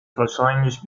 wahrscheinlich